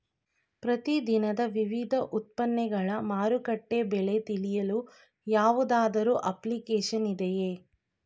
ಪ್ರತಿ ದಿನದ ವಿವಿಧ ಉತ್ಪನ್ನಗಳ ಮಾರುಕಟ್ಟೆ ಬೆಲೆ ತಿಳಿಯಲು ಯಾವುದಾದರು ಅಪ್ಲಿಕೇಶನ್ ಇದೆಯೇ?